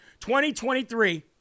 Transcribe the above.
2023